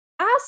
Ask